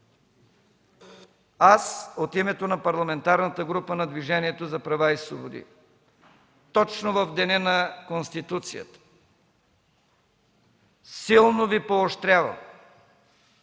аз, от името на Парламентарната група на Движението за права и свободи, точно в деня на Конституцията, силно Ви поощрявам